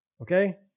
Okay